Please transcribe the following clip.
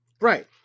Right